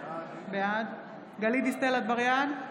בעד גלית דיסטל אטבריאן,